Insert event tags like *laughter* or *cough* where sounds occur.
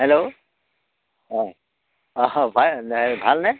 hello অঁ অহ' *unintelligible* এই ভালনে